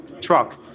truck